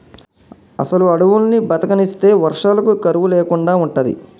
అసలు అడువుల్ని బతకనిస్తే వర్షాలకు కరువు లేకుండా ఉంటది